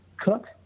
cook